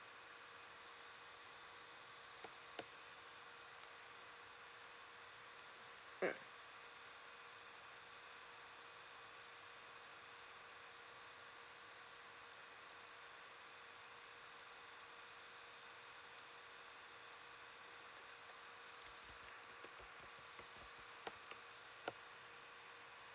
mm